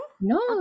no